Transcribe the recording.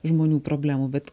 žmonių problemų bet